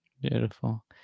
Beautiful